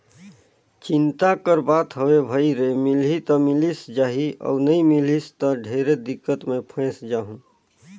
चिंता कर बात हवे भई रे मिलही त मिलिस जाही अउ नई मिलिस त ढेरे दिक्कत मे फंयस जाहूँ